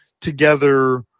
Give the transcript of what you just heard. together